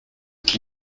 qui